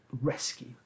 rescue